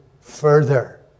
further